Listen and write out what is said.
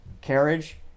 carriage